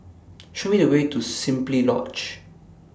Show Me The Way to Simply Lodge